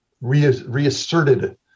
reasserted